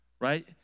Right